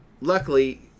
luckily